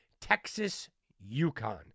Texas-UConn